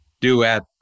duet